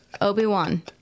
Obi-Wan